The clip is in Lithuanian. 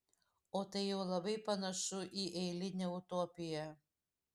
o tai jau labai panašu į eilinę utopiją